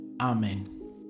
Amen